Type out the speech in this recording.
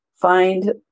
find